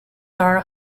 are